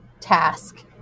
task